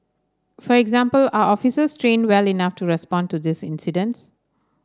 for example are officers trained well enough to respond to these incidents